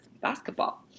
basketball